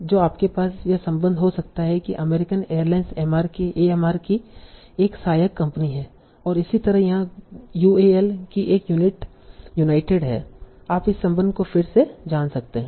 तो आपके पास यह संबंध हो सकता है की अमेरिकन एयरलाइंस एएमआर की एक सहायक कंपनी है और इसी तरह यहां यूएएल की एक यूनिट यूनाइटेड है आप इस संबंध को फिर से जान सकते हैं